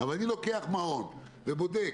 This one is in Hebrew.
אבל אני לוקח מעון ובודק